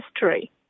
history